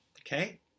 okay